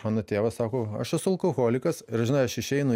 mano tėvas sako aš esu alkoholikas ir žinai aš išeinu